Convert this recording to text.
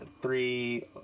three